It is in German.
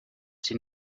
sie